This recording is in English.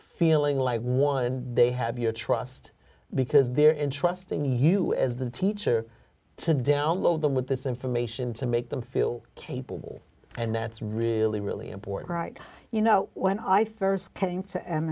feeling like one they have your trust because they're in trusting you as the teacher to download them with this information to make them feel capable and that's really really important right you know when i st came to